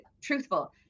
truthful